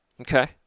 Okay